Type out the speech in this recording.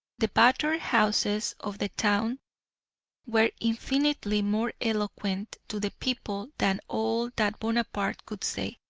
the battered houses of the town were infinitely more eloquent to the people than all that bonaparte could say,